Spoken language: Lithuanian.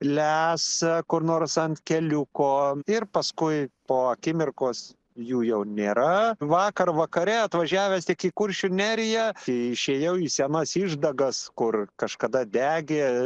lesa kur nors ant keliuko ir paskui po akimirkos jų jau nėra vakar vakare atvažiavęs tik į kuršių neriją išėjau į senas išdagas kur kažkada degė